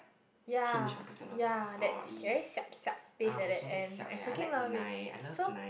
ya ya that si~ very siap siap taste like that and I freaking love it so